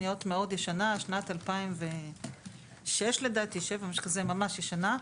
משנת 2006 או 2007 לדעתי, ממש ישנה.